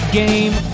game